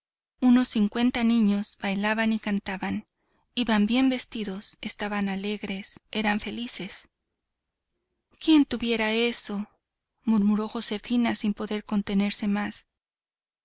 unos cincuenta niños bailaban y cantaban iban bien vestidos estaban alegres eran felices quién tuviera eso murmuró josefina sin poder contenerse más